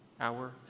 hour